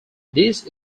this